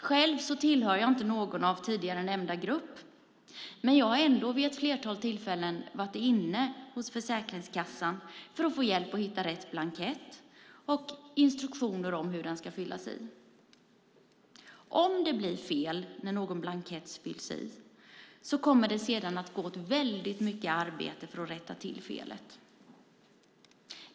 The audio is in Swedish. Själv tillhör jag inte någon av de nämnda grupperna men har ändå vid ett flertal tillfällen varit inne hos Försäkringskassan för att få hjälp att hitta rätt blankett och få instruktioner om hur den ska fyllas i. Om det blir fel när en blankett fylls i så kommer det sedan att gå åt mycket arbete för att rätta till felet.